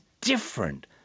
different